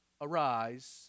Arise